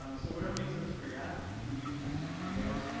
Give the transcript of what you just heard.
um so whatever makes sense for your app, you can use these to configure those.